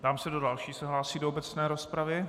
Ptám se, kdo další se hlásí do obecné rozpravy.